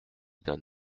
d’un